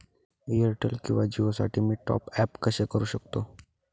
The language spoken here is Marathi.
एअरटेल किंवा जिओसाठी मी टॉप ॲप कसे करु शकतो?